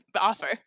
offer